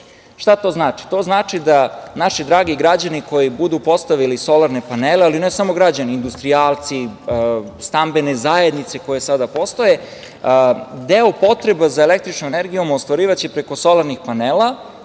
to znači? To znači da naši dragi građani koji budu postavili solarne panele, ali ne samo građani, industrijalci, stambene zajednice, koje sada postoje, deo potreba za električnom energijom ostvarivaće preko solarnih panela.